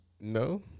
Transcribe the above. No